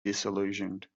disillusioned